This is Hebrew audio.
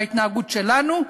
בהתנהגות שלנו,